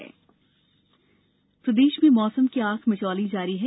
मौसम प्रदेश में मौसम की आंख मिचौली जारी है